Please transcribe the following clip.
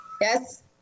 Yes